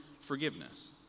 forgiveness